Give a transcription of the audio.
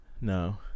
no